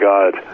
God